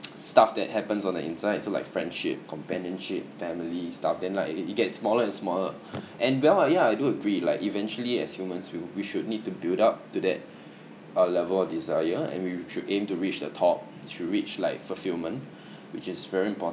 stuff that happens on the inside so like friendship companionship family stuff then like if it it gets smaller and smaller and well ah yeah I do agree like eventually as humans we we should need to build up to that level of desire and we should aim to reach the top should reach like fulfillment which is very important